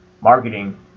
marketing